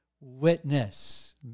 witness